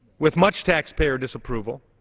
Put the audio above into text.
with much taxpayer disapproval,